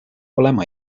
olema